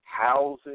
housing